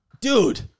Dude